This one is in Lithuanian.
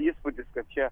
įspūdis kad čia